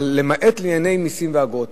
אבל למעט לענייני מסים ואגרות.